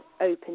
open